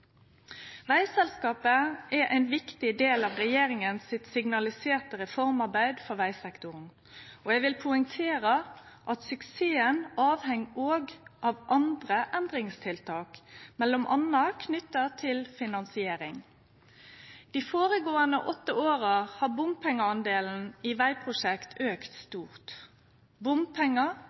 Vegselskapet er ein viktig del av regjeringas signaliserte reformarbeid for vegsektoren, og eg vil poengtere at suksessen avheng også av andre endringstiltak, m.a. knytt til finansiering. Dei føregåande åtte åra har bompengedelen i vegprosjekt auka stort. Bompengar